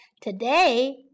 Today